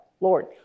Lord